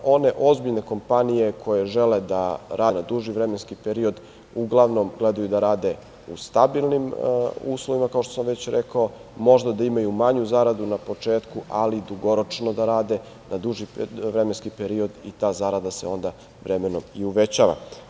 One ozbiljne kompanije koje žele da rade duži vremenski period uglavnom gledaju da rade u stabilnim uslovima, kao što sam već rekao, možda da imaju manju zaradu na početku, ali dugoročno da rade na duži vremenski period i ta zarada se onda vremenom i uvećava.